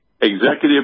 executive